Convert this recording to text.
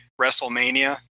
WrestleMania